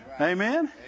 Amen